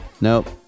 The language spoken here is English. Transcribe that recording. Nope